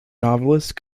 novelist